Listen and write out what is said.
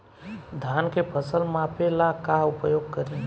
धान के फ़सल मापे ला का उपयोग करी?